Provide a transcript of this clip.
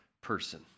person